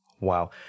Wow